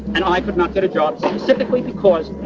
and i could not get a job specifically because.